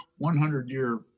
100-year